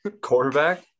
Quarterback